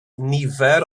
nifer